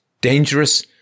dangerous